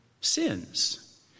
sins